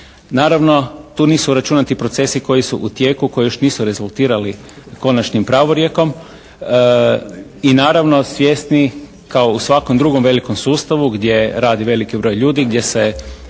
Naravno tu nisu uračunati procesi koji su u tijeku koji još nisu rezultirali konačnim pravorijekom. I naravno svjesni kao i u svakom drugom velikom sustavu gdje radi veliki broj ljudi, gdje se